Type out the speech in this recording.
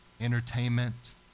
entertainment